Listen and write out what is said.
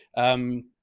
um,